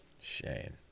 Shane